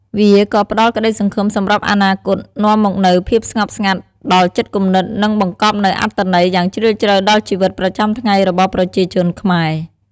វាក៏ផ្តល់ក្តីសង្ឃឹមសម្រាប់អនាគត នាំមកនូវ ភាពស្ងប់ស្ងាត់ ដល់ចិត្តគំនិត និងបង្កប់នូវ អត្ថន័យ យ៉ាងជ្រាលជ្រៅដល់ជីវិតប្រចាំថ្ងៃរបស់ប្រជាជនខ្មែរ។